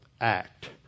act